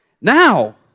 now